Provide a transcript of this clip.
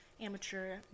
amateur